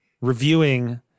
Reviewing